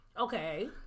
Okay